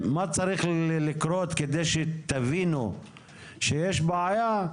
מה צריך לקרות על מנת שתבינו שיש בעיה?